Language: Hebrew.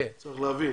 צריך להבין.